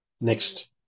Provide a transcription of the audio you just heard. Next